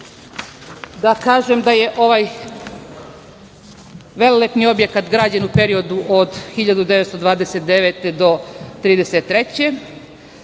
Da kažem da je ovaj velelepni objekat građane u periodu od 1929. do 1933.